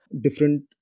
different